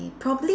probably